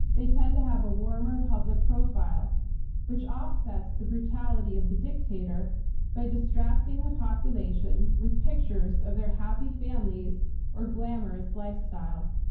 they tend to have a warmer public profile which offsets the brutality of the dictator by distracting the ah population with pictures of their happy families or glamorous lifestyle.